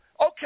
Okay